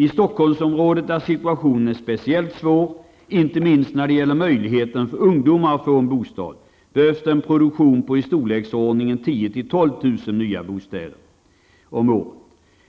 I Stockholmsområdet, där situationen är speciellt svår, inte minst när det gäller möjligheten för ungdomar att få en bostad, behövs det en produktion på i storleksordningen 10 000--12 000 nya bostäder om året.